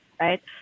right